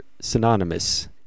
synonymous